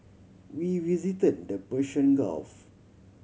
we visited the Persian Gulf